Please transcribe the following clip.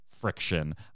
friction